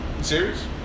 serious